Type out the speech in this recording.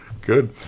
good